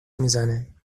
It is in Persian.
میزنه